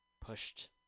pushed